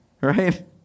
right